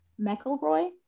McElroy